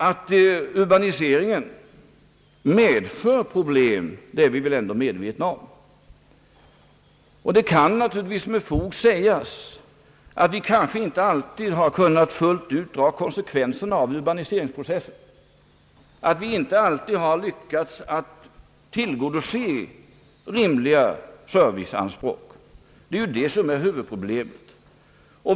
Att urbaniseringen medför problem är vi väl ändå medvetna om, och det kan naturligtvis med fog sägas att vi kanske inte alltid kunnat fullt ut dra konsekvenserna av urbaniseringsprocessen, att vi inte alltid lyckats tillgodose rimliga serviceanspråk. Det är det som är huvudproblemet.